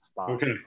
Okay